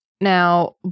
now